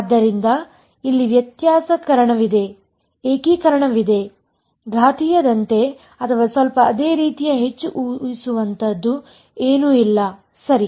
ಆದ್ದರಿಂದ ಇಲ್ಲಿ ವ್ಯತ್ಯಾಸಕರಣವಿದೆ ಏಕೀಕರಣವಿದೆ ಘಾತೀಯದಂತೆ ಅಥವಾ ಸ್ವಲ್ಪ ಅದೇ ರೀತಿಯ ಹೆಚ್ಚು ಊಹಿಸುವಂತದು ಏನೂ ಇಲ್ಲ ಸರಿ